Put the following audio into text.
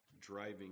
driving